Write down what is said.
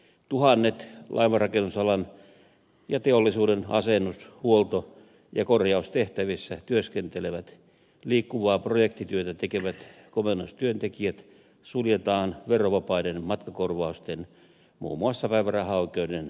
tuhannet laivanrakennusalan ja teollisuuden asennus huolto ja korjaustehtävissä työskentelevät liikkuvaa projektityötä tekevät komennustyöntekijät suljetaan verovapaiden matkakorvausten muun muassa päivärahaoikeuden ulkopuolelle